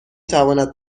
تواند